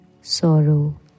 sorrow